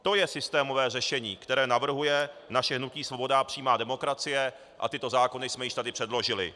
To je systémové řešení, které navrhuje naše hnutí Svoboda a přímá demokracie, a tyto zákony jsme již tady předložili.